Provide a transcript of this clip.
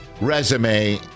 Resume